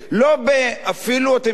אפילו אתם יודעים מה?